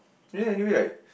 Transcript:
yeah anyway like